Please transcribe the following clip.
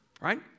right